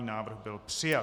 Návrh byl přijat.